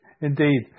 Indeed